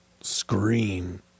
Scream